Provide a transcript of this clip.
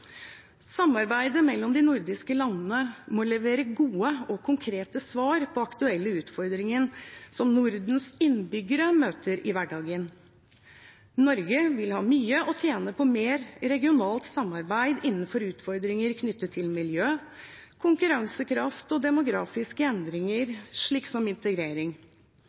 Samarbeidet mellom de nordiske landene må levere gode og konkrete svar på aktuelle utfordringer som Nordens innbyggere møter i hverdagen. Norge vil ha mye å tjene på mer regionalt samarbeid innenfor utfordringer knyttet til miljø, konkurransekraft og demografiske endringer, som integrering.